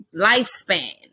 lifespan